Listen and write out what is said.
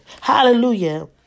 Hallelujah